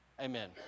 Amen